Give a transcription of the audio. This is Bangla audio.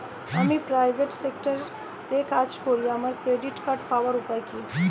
আমি প্রাইভেট সেক্টরে কাজ করি আমার ক্রেডিট কার্ড পাওয়ার উপায় কি?